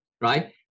right